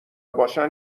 باشن